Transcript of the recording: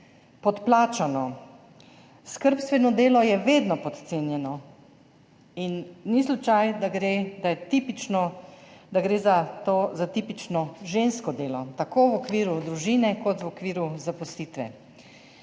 podplačano. Skrbstveno delo je vedno podcenjeno in ni slučaj, da gre za tipično žensko delo tako v okviru družine kot v okviru zaposlitve.